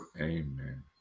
amen